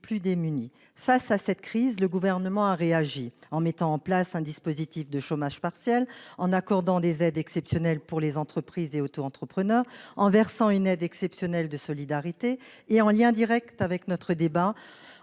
Face à cette crise, le Gouvernement a réagi, en mettant en place un dispositif de chômage partiel, en accordant des aides exceptionnelles aux entreprises et aux autoentrepreneurs, en versant une aide exceptionnelle de solidarité, mais aussi, ce qui a un lien direct avec notre débat,